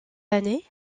année